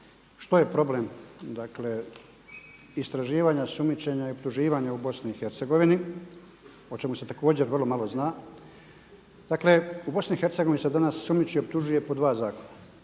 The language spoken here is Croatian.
što je problem istraživanja, osumnjičenja, i optuživanja u BiH, o čemu se također vrlo malo zna. Dakle, u Bosni i Hercegovini se danas sumnjiči i optužuje po dva zakona.